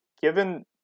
Given